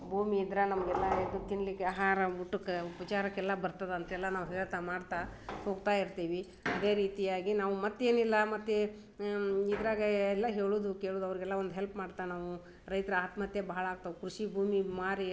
ಭೂಮಿ ಇದ್ರೆ ನಮಗೆಲ್ಲ ಇದು ತಿನ್ನಲಿಕ್ಕೆ ಆಹಾರ ಊಟಕ್ಕೆ ಉಪಚಾರಕ್ಕೆಲ್ಲ ಬರ್ತದಂತೆಲ್ಲ ನಾವು ಹೇಳ್ತಾ ಮಾಡ್ತಾ ಹೋಗ್ತಾ ಇರ್ತೀವಿ ಇದೇ ರೀತಿಯಾಗಿ ನಾವು ಮತ್ತೇನಿಲ್ಲ ಮತ್ತು ಇದರಾಗ ಎಲ್ಲ ಹೇಳುವುದು ಕೇಳುವುದು ಅವರಿಗೆಲ್ಲ ಒಂದು ಹೆಲ್ಪ್ ಮಾಡ್ತಾ ನಾವು ರೈತ್ರು ಆತ್ಮಹತ್ಯೆ ಬಹಳ ಆಗ್ತವ ಕೃಷಿ ಭೂಮಿ ಮಾರಿ ಎಷ್ಟೋ